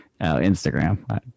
Instagram